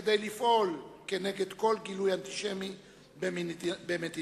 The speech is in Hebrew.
כדי לפעול כנגד כל גילוי אנטישמי במדינתכם.